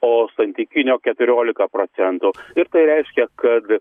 o santykinio keturiolika procentų ir tai reiškia kad